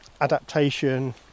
adaptation